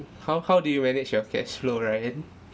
how how do you manage your cash flow ryan